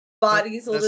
bodies